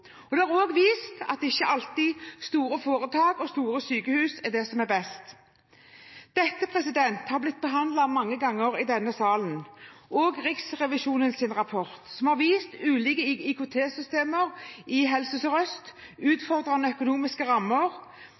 Oslo. Det har også vist at det ikke alltid er store foretak og store sykehus som er det beste. Dette har blitt behandlet mange ganger i denne salen. Riksrevisjonens rapport har vist ulike IKT-systemer i Helse Sør-Øst, utfordrende økonomiske rammer,